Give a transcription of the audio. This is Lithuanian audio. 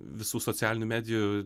visų socialinių medijų